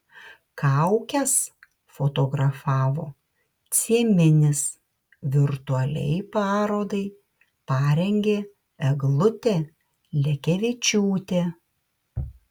kaukes fotografavo cieminis virtualiai parodai parengė eglutė lekevičiūtė